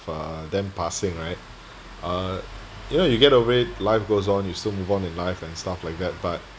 uh them passing right uh you know you get away life goes on you still move on in life and stuff like that but